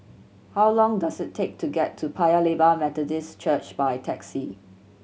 how long does it take to get to Paya Lebar Methodist Church by taxi